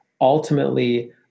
ultimately